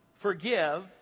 Forgive